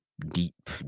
deep